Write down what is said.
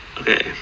okay